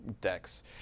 decks